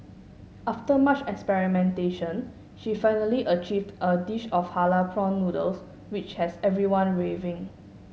after much experimentation she finally achieved a dish of halal prawn noodles which has everyone raving